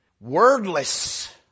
wordless